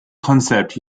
concept